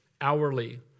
hourly